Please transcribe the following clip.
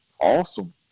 Awesome